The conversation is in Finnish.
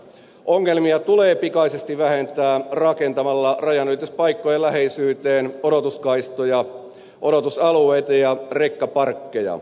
ongelmia tulee pikaisesti vähentää rakentamalla rajanylityspaikkojen läheisyyteen odotuskaistoja odotusalueita ja rekkaparkkeja